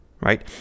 right